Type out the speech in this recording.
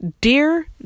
Dear